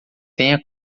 tenha